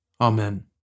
Amen